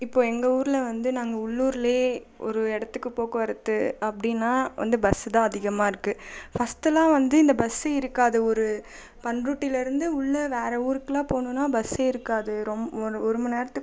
இப்போது எங்கள் ஊரில் வந்து நாங்கள் உள்ளூர்ல ஒரு இடத்துக்கு போக்குவரத்து அப்படினா வந்து பஸ் தான் அதிகமாயிருக்கு ஃபஸ்ட்டுலாம் வந்து இந்த பஸ் இருக்காது ஒரு பண்ரூட்டியிலருந்து உள்ளே வேற ஊர்க்லாம் போகணுனா பஸ்ஸே இருக்காது ரொம் ஒ ஒருமணிநேரத்துக்கு